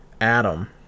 Adam